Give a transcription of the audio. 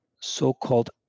so-called